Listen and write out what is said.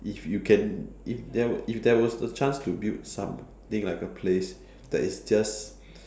if you can if there if there was a chance to build something like a place that is just